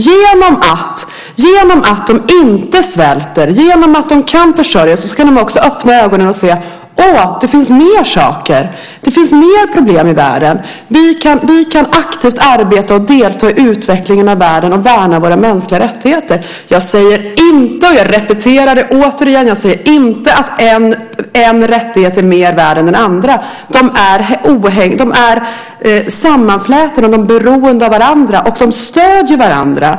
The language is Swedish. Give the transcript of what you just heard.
Genom att de inte svälter, genom att de kan försörja sig kan de också öppna ögonen och säga: Å, det finns mer saker att göra. Det finns mer problem i världen. Vi kan aktivt arbeta och delta i utvecklingen av världen och värna våra mänskliga rättigheter. Jag säger inte - jag repeterar: jag säger inte - att den ena rättigheten är mer värd än den andra. De är sammanflätade och beroende av varandra, och de stöder varandra.